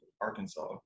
Arkansas